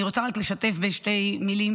אני רוצה לשתף בשתי מילים,